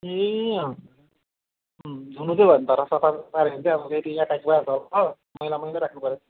ए अँ धुनु चाहिँ भएन तर सफा पाऱ्यो भने अब फेरि यता गइहाल्छ अब हो मैला मैला राख्नुपऱ्यो